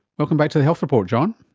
welcome back to the health report, john.